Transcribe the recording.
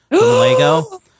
Lego